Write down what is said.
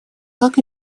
как